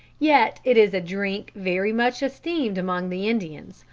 yet it is a drincke very much esteemed among the indians,